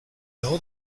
know